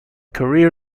career